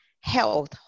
health